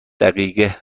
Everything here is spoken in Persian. دقیقه